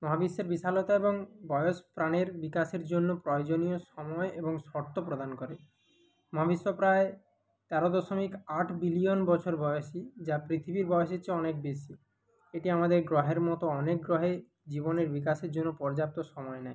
মহাবিশ্বের বিশালতা এবং বয়স প্রাণের বিকাশের জন্য প্রয়োজনীয় সময় এবং শর্ত প্রদান করে মহাবিশ্ব প্রায় তেরো দশমিক আট বিলিয়ন বছর বয়েসি যা পৃথিবীর বয়েসের চেয়ে অনেক বেশি এটি আমাদের গ্রহের মতো অনেক গ্রহেই জীবনের বিকাশের জন্য পর্যাপ্ত সময় নেয়